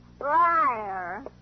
liar